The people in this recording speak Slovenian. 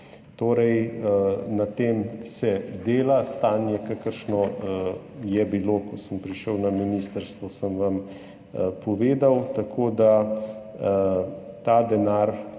Torej, na tem se dela, stanje, kakršno je bilo, ko sem prišel na ministrstvo, sem vam povedal. Tako da ta denar,